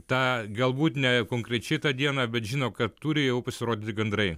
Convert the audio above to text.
tą galbūt ne konkrečiai tą dieną bet žino kad turi jau pasirodyti gandrai